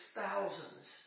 thousands